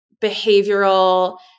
behavioral